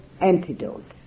antidotes